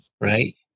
right